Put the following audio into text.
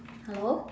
hello